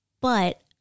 But-